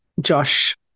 Josh